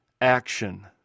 Action